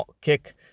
kick